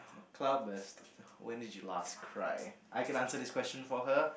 cloud burst when did you last cry I can answer this question for her